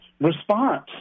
response